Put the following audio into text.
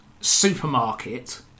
supermarket